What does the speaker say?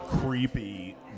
creepy